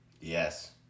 Yes